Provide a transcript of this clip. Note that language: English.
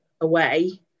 away